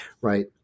right